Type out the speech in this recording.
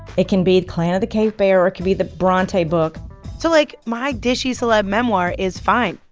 it can be the clan of the cave bear. or it can be the bronte book so like, my dishy celeb memoir is fine.